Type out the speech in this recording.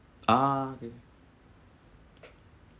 ah okay